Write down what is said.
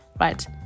right